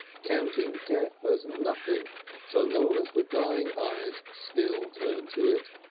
counting death as nothing so long as the dying eyes still turn to it.